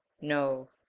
no